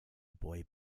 boy